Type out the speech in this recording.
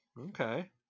Okay